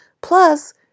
Plus